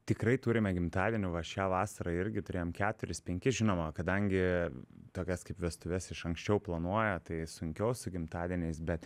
tikrai turime gimtadienių va šią vasarą irgi turėjom keturis penkis žinoma kadangi tokias kaip vestuves iš anksčiau planuoja tai sunkiau su gimtadieniais bet